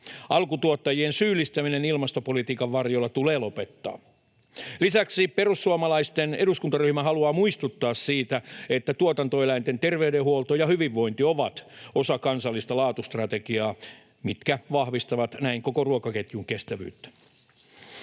Alkutuottajien syyllistäminen ilmastopolitiikan varjolla tulee lopettaa. Lisäksi perussuomalaisten eduskuntaryhmä haluaa muistuttaa siitä, että tuotantoeläinten terveydenhuolto ja hyvinvointi ovat osa kansallista laatustrategiaa ja vahvistavat näin koko ruokaketjun kestävyyttä.